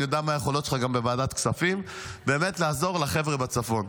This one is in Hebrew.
אני יודע מה היכולות שלך בוועדת הכספים באמת לעזור לחבר'ה בצפון.